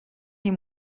les